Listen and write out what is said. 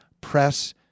press